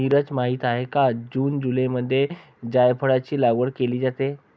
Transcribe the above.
नीरज माहित आहे का जून जुलैमध्ये जायफळाची लागवड केली जाते